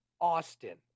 Austin